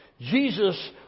Jesus